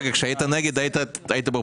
רגע, כשהיית נגד היית באופוזיציה?